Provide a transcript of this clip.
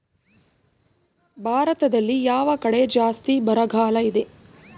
ಭಾರತದಲ್ಲಿ ಯಾವ ಕಡೆ ಜಾಸ್ತಿ ಬರಗಾಲ ಇದೆ?